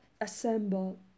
Assemble